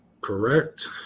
Correct